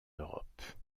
europe